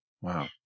Wow